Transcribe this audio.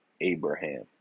Abraham